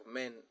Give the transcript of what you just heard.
men